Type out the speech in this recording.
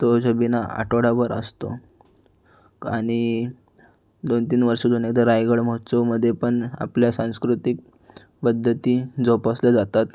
तो छबिना आठवडाभर असतो आणि दोनतीन वर्षातून एकदा रायगड महोत्सवमध्ये पण आपल्या सांस्कृतिक पद्धती जोपासल्या जातात